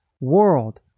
world